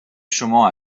شما